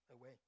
away